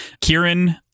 Kieran